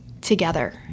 together